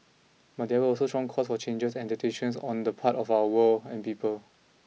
but there were also strong calls for changes and adaptation on the part of our world and people